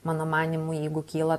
mano manymu jeigu kyla